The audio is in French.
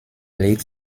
lake